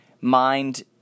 mind